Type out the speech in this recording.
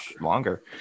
longer